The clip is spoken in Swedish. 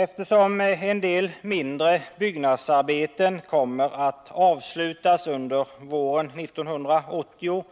Eftersom vissa mindre byggnadsarbeten kommer att avslutas under våren 1980